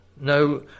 no